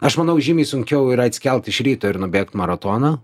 aš manau žymiai sunkiau yra atsikelt iš ryto ir nubėgt maratoną